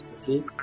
Okay